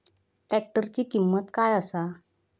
ट्रॅक्टराची किंमत काय आसा?